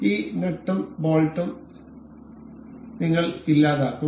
ഈ നട്ടും ബോൾട്ടും കിങ്ങ്ൾ ഇല്ലാതാക്കും